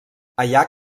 allà